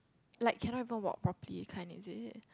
like cannot even walk properly kind is it